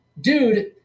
Dude